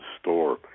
store